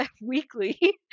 weekly